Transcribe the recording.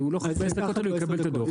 בעשר הדקות האלו הוא יקבל את הדוח.